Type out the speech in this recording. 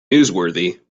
newsworthy